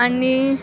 आणि